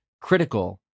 critical